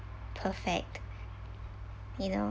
perfect you know